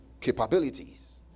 capabilities